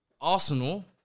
Arsenal